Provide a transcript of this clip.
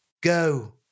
Go